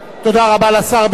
תודה רבה לשר בגין.